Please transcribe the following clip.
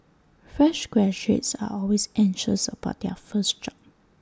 fresh graduates are always anxious about their first job